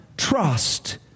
Trust